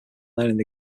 learning